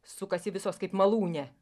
sukasi visos kaip malūne